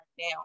now